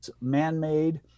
man-made